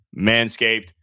Manscaped